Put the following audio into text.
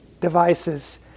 devices